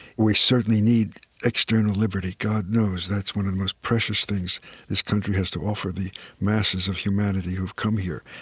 we certainly need external liberty. god knows, that's one of the most precious things this country has to offer the masses of humanity who have come here.